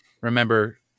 Remember